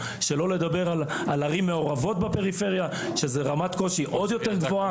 שלא לדבר על ערים מעורבות בפריפריה שזו רמת קושי עוד יותר גבוהה,